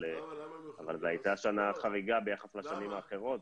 אבל זו הייתה שנה חריגה ביחס לשנים האחרות,